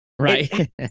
right